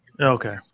Okay